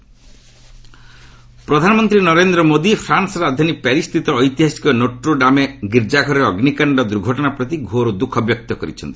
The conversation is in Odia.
ପିଏମ୍ ଫ୍ରାନ୍ସ କ୍ୟାଥେଡ୍ରାଲ୍ ପ୍ରଧାନମନ୍ତ୍ରୀ ନରେନ୍ଦ୍ର ମୋଦି ଫ୍ରାନ୍ସର ରାଜଧାନୀ ପ୍ୟାରିସ୍ ସ୍ଥିତ ଐତିହାସିକ ନୋଟ୍ରୋ ଡାମେ ଗୀର୍ଜାଘରରେ ଅଗ୍ରିକାଣ୍ଡ ଦୂର୍ଘଟଣା ପ୍ରତି ଘୋର ଦୁଃଖ ବ୍ୟକ୍ତ କରିଛନ୍ତି